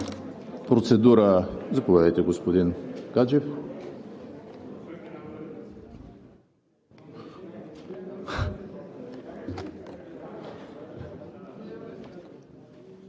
Процедура – заповядайте, господин Гаджев.